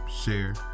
share